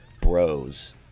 Bros